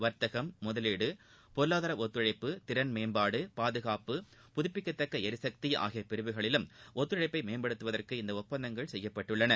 வர்த்தகம் முதலீடு பொருளாதார ஒத்துழைப்பு திறன்மேம்பாடு பாதுகாப்பு புதுப்பிக்கத்தக்க எரிசக்தி ஆகிய பிரிவுகளிலும் ஒத்துழைப்பை மேம்படுத்துவதற்கு இந்த ஒப்பந்தங்கள் செய்யப்பட்டுள்ளன